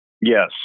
yes